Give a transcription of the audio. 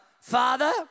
Father